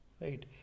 right